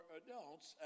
adults